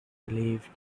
relieved